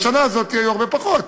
השנה הזאת היו הרבה פחות.